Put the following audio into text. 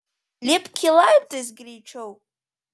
lipki laiptais greičiau